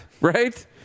right